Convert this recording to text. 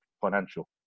financial